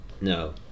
no